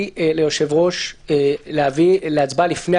כשהם עובדים של המפלגה או פעילים של המפלגה זה משהו אחד.